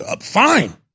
Fine